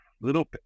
little